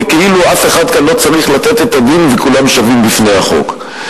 וכאילו אף אחד כאן לא צריך לתת את הדין וכולם שווים בפני החוק.